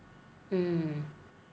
hmm